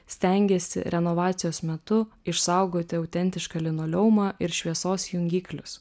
stengėsi renovacijos metu išsaugoti autentišką linoleumą ir šviesos jungiklius